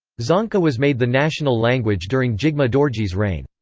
dzongkha was made the national language during jigme dorji's reign.